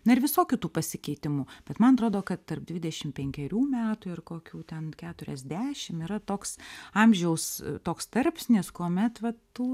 na ir visokių tų pasikeitimų bet man atrodo kad tarp dvidešim penkerių metų ir kokių ten keturiasdešim yra toks amžiaus toks tarpsnis kuomet vat tų